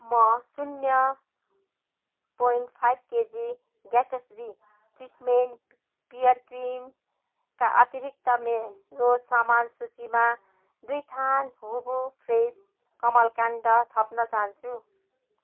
म शून्य point five KG Gatsby treatment pear क्रिमका अतिरिक्त मेरो सामान सूचीमा दुई थान हुबु फ्रेस कमलकाण्ड थप्न चाहन्छु